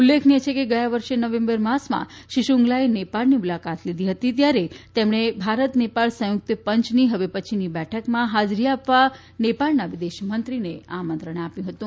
ઉલ્લેખનિય છે કે ગયા વર્ષે નવેમ્બર માસમાં શ્રી શ્રૃંગલાએ નેપાળની મુલાકાત લીધી હતી ત્યારે તેમણે ભારત નેપાળ સંયુક્ત પંચની હવે પછીની બેઠકમાં હાજરી આપવા નેપાળના વિદેશ મંત્રીને આમંત્રણ આપ્યું હતું